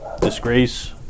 disgrace